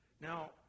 Now